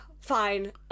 Fine